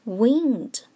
wind